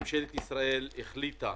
ממשלת ישראל החליטה